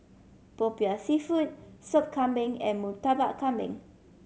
Popiah Seafood Soup Kambing and Murtabak Kambing